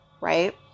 right